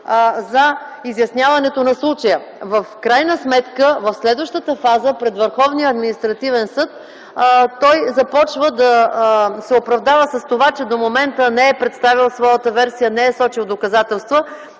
за изясняването на случая. В крайна сметка в следващата фаза – пред Върховния административен съд, той започва да се оправдава, че до момента не е представил своята версия, не е сочил доказателства,